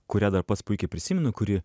kurią dar pats puikiai prisimenu kuri